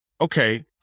okay